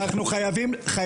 אני מבקש